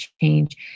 change